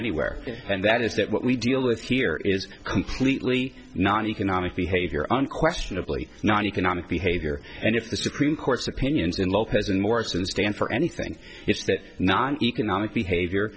anywhere and that is that what we deal with here is completely not economic behavior unquestionably not economic behavior and if the supreme court's opinions in lopez and morrison stand for anything it's that not economic behavior